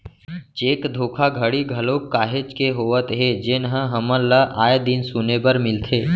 cheque धोखाघड़ी घलोक काहेच के होवत हे जेनहा हमन ल आय दिन सुने बर मिलथे